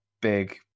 big